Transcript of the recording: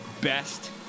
best